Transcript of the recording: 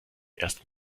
erst